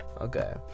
okay